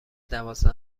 دوازده